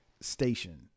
station